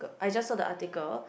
I just saw the article